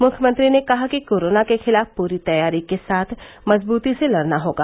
मुख्यमंत्री ने कहा कि कोरोना के खिलाफ पूरी तैयारी के साथ मजबूती से लड़ना होगा